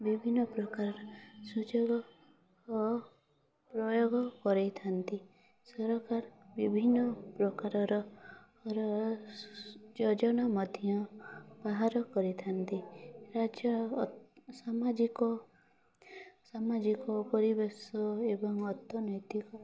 ବିଭିନ୍ନ ପ୍ରକାର ସୁଯୋଗ ପ୍ରୟୋଗ କରାଇଥାନ୍ତି ସରକାର ବିଭିନ୍ନ ପ୍ରକାରର ର ଯୋଜନା ମଧ୍ୟ ବାହାର କରିଥାନ୍ତି ରାଜ୍ୟ ସାମାଜିକ ସାମାଜିକ ପରିବେଶ ଏବଂ ଅର୍ଥନୈତିକ